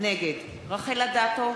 נגד רחל אדטו,